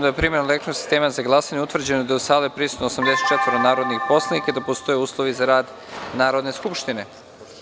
da je primenom elektronskog sistema za glasanje utvrđeno da su u sali prisutna 84 narodna poslanika i da postoje uslovi za rad Narodne skupštine.